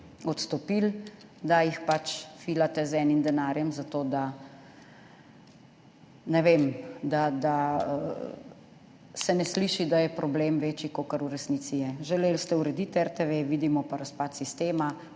odstopili, da jih pač filate z enim denarjem zato, da se ne sliši, da je problem večji, kakor v resnici je. Želeli ste urediti RTV, vidimo pa razpad sistema,